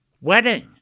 wedding